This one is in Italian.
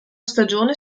stagione